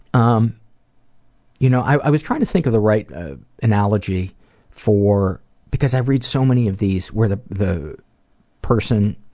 um you know i was trying to think of the right analogy for because i read so many of these where the the person,